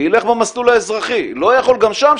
יילך במסלול האזרחי, לא יכול גם שם?